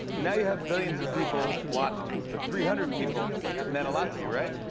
now you have billions of people watching. but three hundred people meant a lot to you, right?